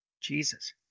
Jesus